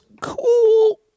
cool